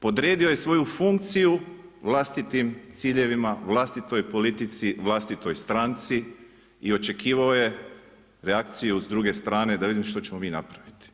Podredio je svoju funkciju vlastitim ciljevima, vlastitoj politici, vlastitoj stranci i očekivao je reakciju s druge strane da vidimo što ćemo mi napraviti.